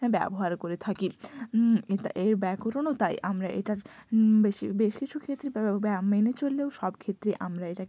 ব্যবহার করে থাকি এটা এর ব্যাকরণও তাই আমরা এটার বেশির বেশ কিছু ক্ষেত্রে মেনে চললেও সবক্ষেত্রে আমরা এটাকে